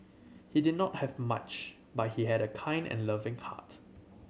he did not have much but he had a kind and loving heart